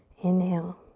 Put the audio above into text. inhale.